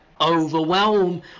overwhelm